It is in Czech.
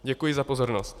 Děkuji za pozornost.